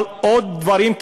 אבל עוד דברים,